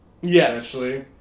Yes